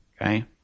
Okay